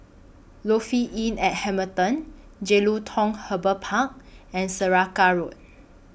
Lofi Inn At Hamilton Jelutung Harbour Park and Saraca Road